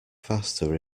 faster